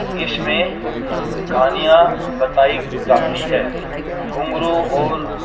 اس میں کہانیاں بتائی جاتی ہے گھنگرو اور